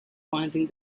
pointing